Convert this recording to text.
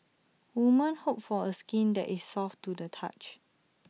woman hope for A skin that is soft to the touch